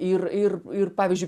ir ir ir pavyzdžiui